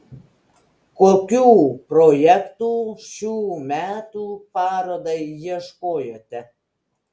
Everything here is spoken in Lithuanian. kokių projektų šių metų parodai ieškojote